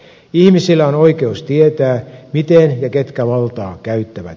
ihmisillä on oikeus tietää miten ja ketkä valtaa käyttävät